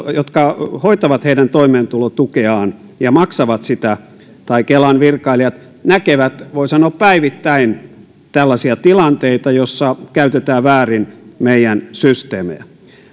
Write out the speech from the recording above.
jotka hoitavat heidän toimeentulotukeaan ja maksavat sitä tai kelan virkailijat näkevät voi sanoa päivittäin tällaisia tilanteita joissa käytetään väärin meidän systeemejä